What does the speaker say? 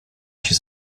się